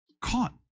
caught